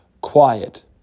quiet